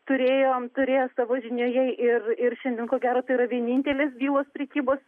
turėjom turėjo savo žinioje ir ir šiandien ko gero tai yra vienintelės bylos prekybos